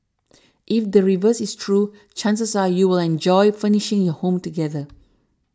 if the reverse is true chances are you'll enjoy furnishing your home together